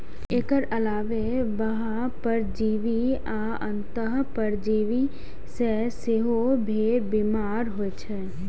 एकर अलावे बाह्य परजीवी आ अंतः परजीवी सं सेहो भेड़ बीमार होइ छै